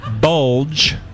bulge